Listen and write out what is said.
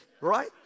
right